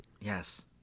yes